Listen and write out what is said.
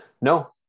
No